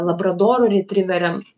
labradoro retriveriams